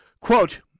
Quote